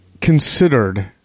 considered